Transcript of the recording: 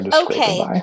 Okay